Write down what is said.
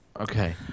Okay